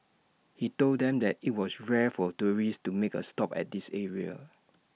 he told them that IT was rare for tourists to make A stop at this area